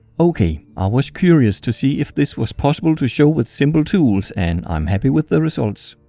okay, i was curious to see if this was possible to show with simple tools and i'm happy with the results.